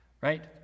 right